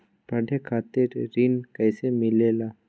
पढे खातीर ऋण कईसे मिले ला?